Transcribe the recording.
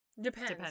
depends